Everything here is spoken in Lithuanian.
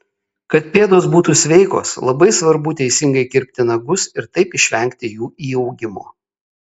kad pėdos būtų sveikos labai svarbu teisingai kirpti nagus ir taip išvengti jų įaugimo